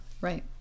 right